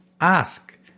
Ask